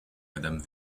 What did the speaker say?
madame